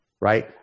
Right